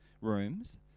rooms